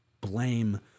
blame